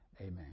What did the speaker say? Amen